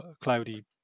cloudy